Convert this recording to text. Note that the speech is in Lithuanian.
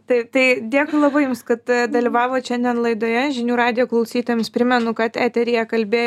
tai tai dėkui jums kad dalyvavot šiandien laidoje žinių radijo klausytojams primenu kad eteryje kalbėjo